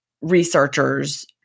researchers